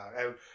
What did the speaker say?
out